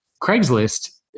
Craigslist